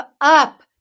up